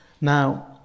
Now